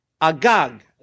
Agag